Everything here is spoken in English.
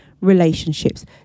relationships